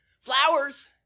flowers